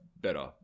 better